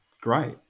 great